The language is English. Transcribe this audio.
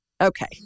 Okay